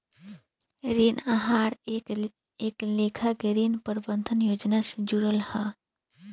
ऋण आहार एक लेखा के ऋण प्रबंधन योजना से जुड़ल हा